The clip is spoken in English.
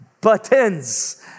buttons